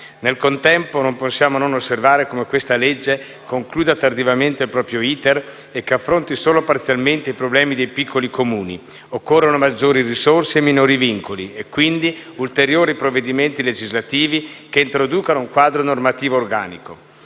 Nel contempo, non possiamo non osservare come questa legge concluda tardivamente il proprio *iter* e affronti solo parzialmente i problemi dei piccoli Comuni: occorrono maggiori risorse e minori vincoli e quindi ulteriori provvedimenti legislativi che introducano un quadro normativo organico.